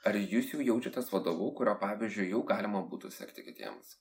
ar jūs jau jaučiatės vadovu kurio pavyzdžiu jau galima būtų sekti kitiems